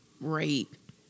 Rape